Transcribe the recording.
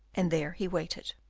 and there he waited.